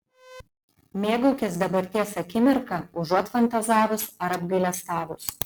mėgaukis dabarties akimirka užuot fantazavus ar apgailestavus